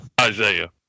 Isaiah